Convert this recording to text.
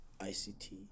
ICT